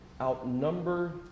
outnumber